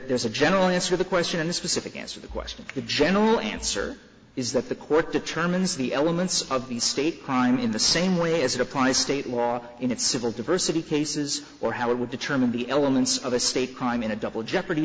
there's a general answer the question and a specific answer the question the general answer is that the court determines the elements of the state crime in the same way as it applies state law in its civil diversity cases or how it would determine the elements of a state crime in a double jeopardy